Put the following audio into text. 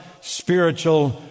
spiritual